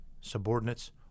subordinates